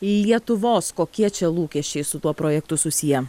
lietuvos kokie čia lūkesčiai su tuo projektu susiję